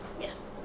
Yes